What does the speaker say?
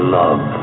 love